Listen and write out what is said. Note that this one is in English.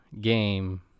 game